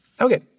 Okay